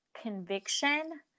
conviction